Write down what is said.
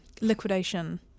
liquidation